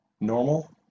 normal